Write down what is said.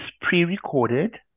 pre-recorded